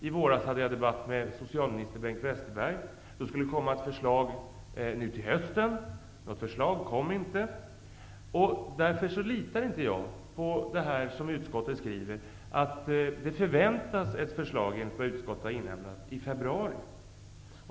I våras debatterade jag med socialminister Bengt Westerberg, som sade att det skulle komma ett förslag nu till hösten, men det kom inte. Därför litar jag inte på det som utskottet skriver om att ett förslag förväntas i februari.